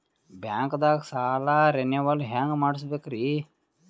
ಬ್ಯಾಂಕ್ದಾಗ ಸಾಲ ರೇನೆವಲ್ ಹೆಂಗ್ ಮಾಡ್ಸಬೇಕರಿ?